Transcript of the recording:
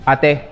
Ate